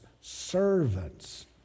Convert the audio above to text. servants